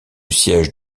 siège